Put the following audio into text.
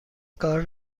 کار